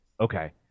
Okay